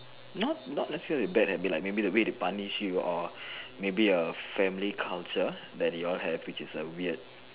not not necessary bad habit like maybe the way they punish you or maybe a family culture that you'all have which is weird